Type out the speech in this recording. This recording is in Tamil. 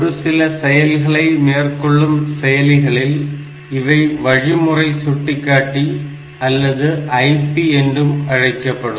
ஒரு சில செயல்களை மேற்கொள்ளும் செயலிகளில் இவை வழிமுறை சுட்டிக்காட்டி அல்லது IP என்றும் அழைக்கப்படும்